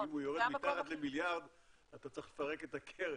כי אם הוא יורד מתחת למיליארד אתה צריך לפרק את הקרן,